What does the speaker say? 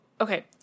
okay